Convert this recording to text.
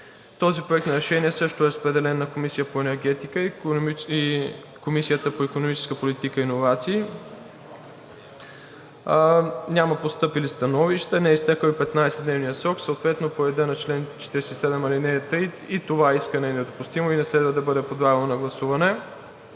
Този Проект на решение също е разпределен на Комисията по енергетика и Комисията по икономическа политика и иновации. Няма постъпили становища. Не е изтекъл и 15-дневният срок, съответно по реда на чл. 47, ал. 3 и това искане е недопустимо и не следва да бъде подлагано на гласуване.